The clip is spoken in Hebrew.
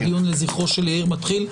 הדיון לזכרו של יאיר מתחיל.